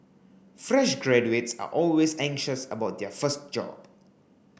fresh graduates are always anxious about their first job